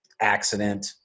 accident